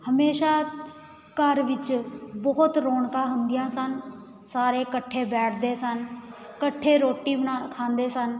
ਹਮੇਸ਼ਾ ਘਰ ਵਿੱਚ ਬਹੁਤ ਰੌਣਕਾਂ ਹੁੰਦੀਆਂ ਸਨ ਸਾਰੇ ਇਕੱਠੇ ਬੈਠਦੇ ਸਨ ਇਕੱਠੇ ਰੋਟੀ ਬਣਾ ਖਾਂਦੇ ਸਨ